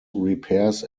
repairs